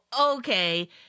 Okay